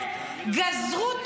אבל בואו נדבר על הונגריה.